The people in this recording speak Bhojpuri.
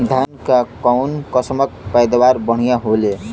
धान क कऊन कसमक पैदावार बढ़िया होले?